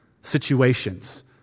situations